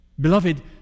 Beloved